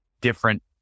different